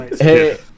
Hey